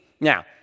Now